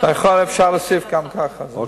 אוקיי.